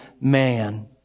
man